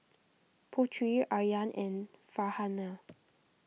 Putri Aryan and Farhanah